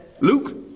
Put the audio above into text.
Luke